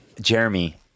Jeremy